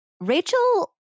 Rachel